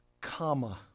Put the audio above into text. comma